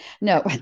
No